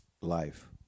life